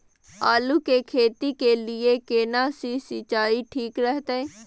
आलू की खेती के लिये केना सी सिंचाई ठीक रहतै?